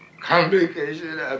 complication